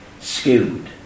skewed